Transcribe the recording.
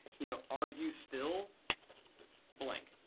you know are you still blank.